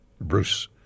Bruce